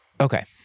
Okay